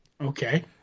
Okay